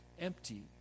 empty